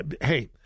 Hey